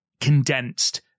condensed